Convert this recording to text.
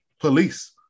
police